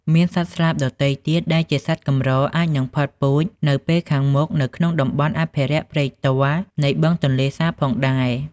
មានសត្វស្លាបដទៃទៀតដែលជាសត្វកម្រអាចនឹងផុតពូជនៅពេលខាងមុខនៅក្នុងតំបន់អភិរក្សព្រែកទាល់នៃបឹងទន្លេសាបផងដែរ។